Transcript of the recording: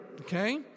Okay